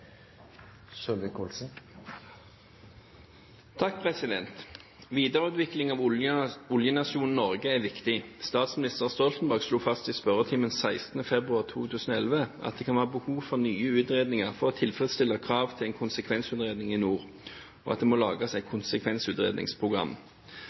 av olje- og energiministeren, som er bortreist. «Videreutvikling av oljenasjonen Norge er viktig. Statsminister Stoltenberg slo fast i spørretimen 16. februar 2011 at det kan være behov for nye utredninger for å tilfredsstille krav til en konsekvensutredning i nord, og at det må